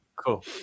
Cool